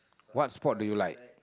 what sport do you like